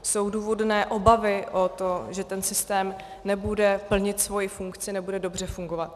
Jsou důvodné obavy o to, že ten systém nebude plnit svoji funkci, nebude dobře fungovat.